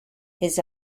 his